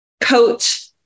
coach